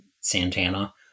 Santana